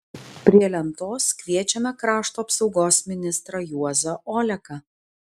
prie lentos kviečiame krašto apsaugos ministrą juozą oleką